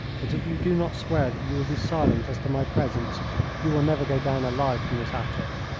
but if you do not swear that you will be silent as to my presence you will never go down alive from this attic.